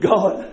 God